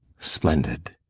splendid!